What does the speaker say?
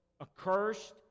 accursed